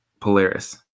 Polaris